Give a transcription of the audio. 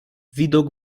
widok